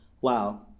wow